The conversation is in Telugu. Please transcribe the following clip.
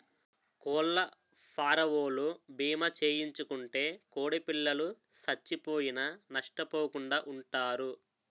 కోళ్లఫారవోలు భీమా చేయించుకుంటే కోడిపిల్లలు సచ్చిపోయినా నష్టపోకుండా వుంటారు